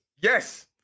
Yes